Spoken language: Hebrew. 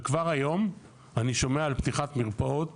וכבר היום אני שומע על פתיחת מרפאות